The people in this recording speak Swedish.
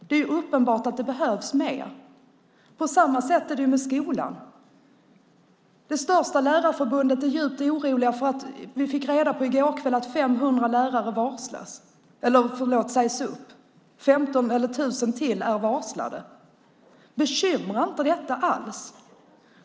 Det är uppenbart att det behövs mer. På samma sätt är det med skolan. Det största lärarförbundet är djupt oroligt eftersom vi i går kväll fick reda på att 500 lärare sägs upp och 1 000 till är varslade. Bekymrar inte det er alls?